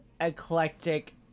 eclectic